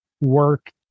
work